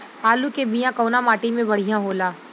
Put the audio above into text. आलू के बिया कवना माटी मे बढ़ियां होला?